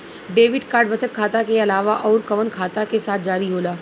Debit card बचत खाता के अलावा अउरकवन खाता के साथ जारी होला?